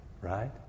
right